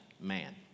man